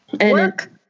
work